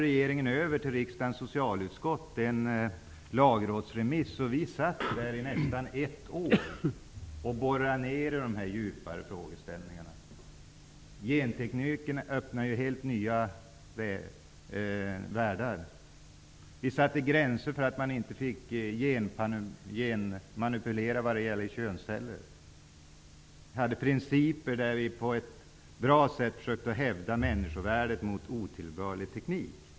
Regeringen remitterade nästan ett år borrade vi oss ner i de här djupa frågeställningarna. Gentekniken öppnar ju helt nya världar. Vi satte därför gränser. Genmanipulering vad gäller könsceller fick inte förekomma. Vi hade principer och försökte på ett bra sätt att hävda människovärdet gentemot otillbörlig teknik.